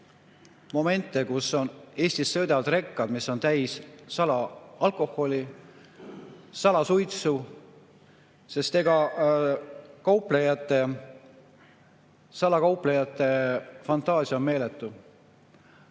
momente, kus Eestis sõidavad rekad, mis on täis salaalkoholi ja salasuitsu, sest eks salakauplejate fantaasia on meeletu.